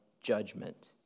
judgment